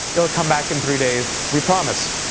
it'll come back in three days, we promise.